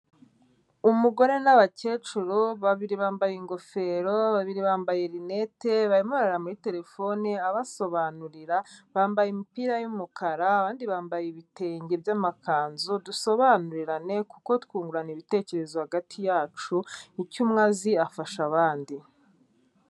Umugore n'abakecuru, babiri bambaye ingofero, babiri bambaye rinete, barimo barareba muri terefone abasobanurira, bambaye imipira y'umukara, abandi bambaye ibitenge by'amakanzu, dusobanurirane kuko twungurana ibitekerezo hagati yacu, icyo umwe azi afasha abandi.